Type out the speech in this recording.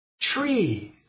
Trees